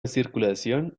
circulación